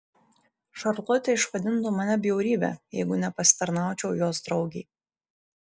šarlotė išvadintų mane bjaurybe jeigu nepasitarnaučiau jos draugei